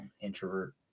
Introvert